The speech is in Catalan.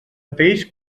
peix